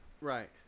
Right